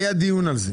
היה דיון על זה,